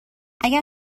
اگر